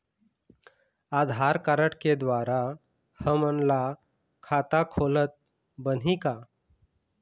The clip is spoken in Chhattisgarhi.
आधार कारड के द्वारा हमन ला खाता खोलत बनही का?